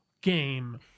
game